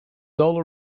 solo